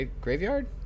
graveyard